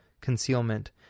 concealment